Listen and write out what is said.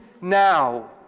now